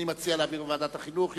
אני מציע להעביר לוועדת החינוך.